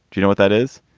you know what that is?